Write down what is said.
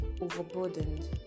overburdened